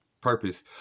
purpose